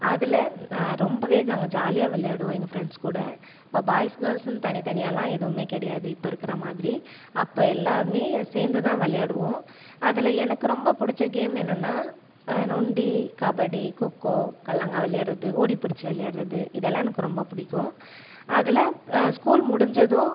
அதில் நான் ரொம்பவே நாங்கள் ஜாலியாக விளையாடுவோம் எங்கள் ஃபிரண்ட்ஸ் கூட அப்போ பாய்ஸ் கேல்ஸ்னு தனிதனியாக எதுவுமே கிடையாது இப்போ இருக்குற மாதிரி அப்போ எல்லாருமே சேர்ந்துதா விளையாடுவோம் அதில் எனக்கு ரொம்ப பிடித்த கேம் என்னென்னா நொண்டி கபடி கொக்கோ கல்லங்கா விளையாடுறது ஓடி பிடிச்சி விளையாடுறது இதல்லாம் எனக்கு ரொம்ப பிடிக்கும் அதில் ஸ்கூல் முடிஞ்சதும்